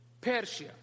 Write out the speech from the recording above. Persia